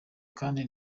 kandi